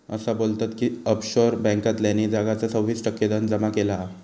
असा बोलतत की ऑफशोअर बॅन्कांतल्यानी जगाचा सव्वीस टक्के धन जमा केला हा